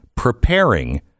preparing